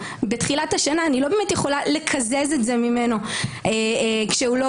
ואני לא באמת יכולה לקזז את זה ממנו כשהוא לא